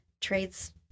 trades